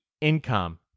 income